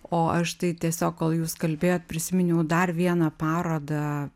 o aš tai tiesiog kol jūs kalbėjot prisiminiau dar vieną parodą